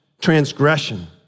Transgression